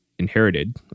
inherited